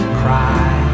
cry